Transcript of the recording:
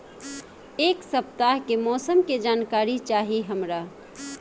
एक सपताह के मौसम के जनाकरी चाही हमरा